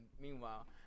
meanwhile